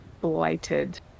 blighted